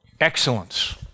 excellence